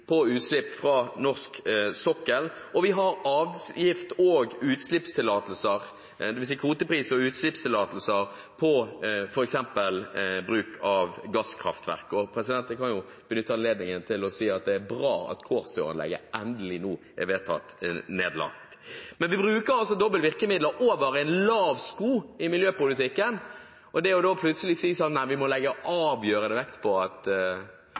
og utslippstillatelser, på f.eks. bruk av gasskraftverk. Jeg kan benytte anledningen til å si at det er bra at Kårstø-anlegget nå endelig er vedtatt nedlagt. Vi bruker altså doble virkemidler over en lav sko i miljøpolitikken, og da plutselig å si at det å legge avgjørende vekt på at